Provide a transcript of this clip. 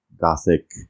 Gothic